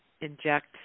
inject